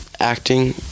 acting